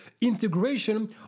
integration